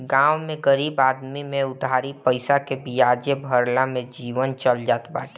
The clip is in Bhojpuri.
गांव में गरीब आदमी में उधारी पईसा के बियाजे भरला में जीवन चल जात बाटे